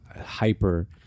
hyper